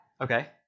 Okay